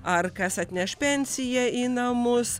ar kas atneš pensiją į namus